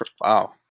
Wow